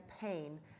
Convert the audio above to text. pain